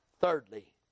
thirdly